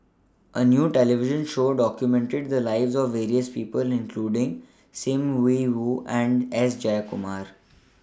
A New television Show documented The Lives of various People including SIM Yi Hui and S Jayakumar